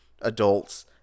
adults